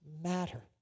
matter